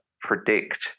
predict